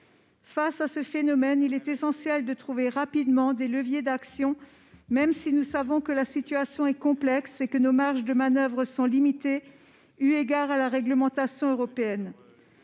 Face à ce phénomène, il est essentiel de trouver rapidement des leviers d'action, même si nous savons que la situation est complexe et que les marges de manoeuvre sont limitées, eu égard à la réglementation européenne.